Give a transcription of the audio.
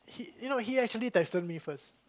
uh you know he actually texted me first